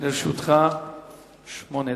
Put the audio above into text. לרשותך שמונה דקות.